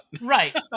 right